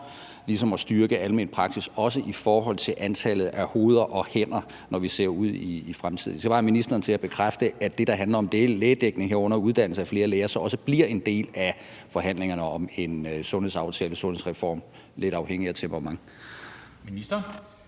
uden om at styrke almen praksis, også i forhold til antallet af hoveder og hænder, når vi ser ud i fremtiden. Jeg skal bare have ministeren til at bekræfte, at det, der handler om lægedækningen, herunder uddannelsen af flere læger, så også bliver en del af forhandlingerne om en sundhedsaftale, sundhedsreform, lidt afhængigt af temperamentet.